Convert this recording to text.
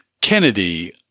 Kennedy